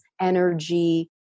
energy